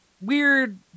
weird